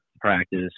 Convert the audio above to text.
practice